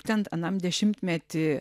ten anam dešimtmety